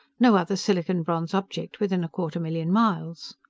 no other silicon-bronze object within a quarter-million miles.